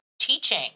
teaching